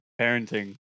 parenting